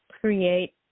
create